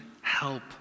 help